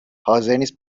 حاضرنیست